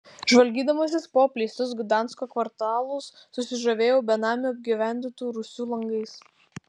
žvalgydamasis po apleistus gdansko kvartalus susižavėjau benamių apgyvendintų rūsių langais